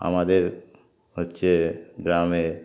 আমাদের হচ্ছে গ্রামে